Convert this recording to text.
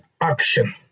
action